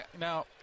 Now